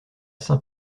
saint